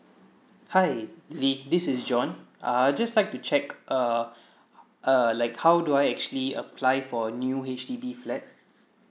hi lily this is john ah I just like to check uh err like how do I actually apply for a new H_D_B flat